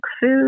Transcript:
food